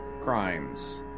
crimes